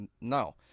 No